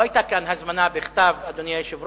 לא היתה כאן הזמנה בכתב, אדוני היושב-ראש,